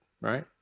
right